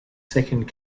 second